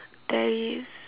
there is